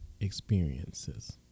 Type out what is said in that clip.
experiences